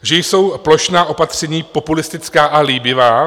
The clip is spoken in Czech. Že jsou plošná opatření populistická a líbivá?